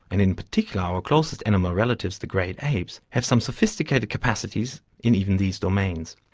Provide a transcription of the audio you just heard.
and in particular our closest animal relatives the great apes, have some sophisticated capacities in even these domains.